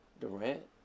Durant